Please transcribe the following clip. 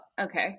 okay